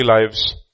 lives